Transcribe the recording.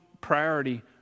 priority